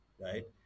right